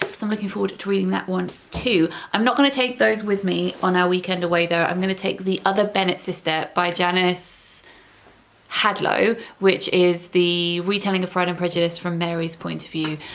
so i'm looking forward to reading that one, too, i'm not going to take those with me on our weekend away though i'm going to take the other bennet sister bye janice hadlow which is the retelling of pride and prejudice from mary's point of view,